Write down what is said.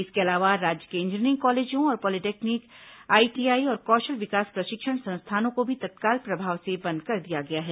इसके अलावा राज्य के इंजीनियरिंग कॉलेजों और पॉलिटेक्निक आईटीआई और कौशल विकास प्रशिक्षण संस्थानों को भी तत्काल प्रभाव से बंद कर दिया गया है